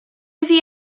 iddi